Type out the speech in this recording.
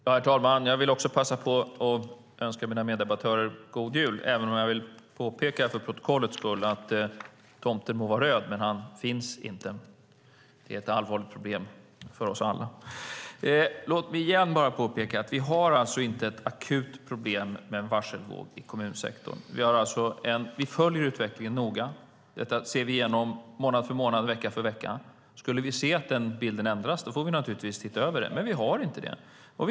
Herr talman! Jag vill också passa på att önska mina meddebattörer god jul, även om jag för protokollets skull vill påpeka att tomten må vara röd - men han finns inte. Det är ett allvarligt problem för oss alla. Låt mig igen bara påpeka att vi inte har ett akut problem med en varselvåg i kommunsektorn. Vi följer utvecklingen noga. Vi ser igenom detta månad för månad, vecka för vecka. Skulle vi se att bilden ändras får vi naturligtvis titta över det, men vi har inte sett det.